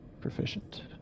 Proficient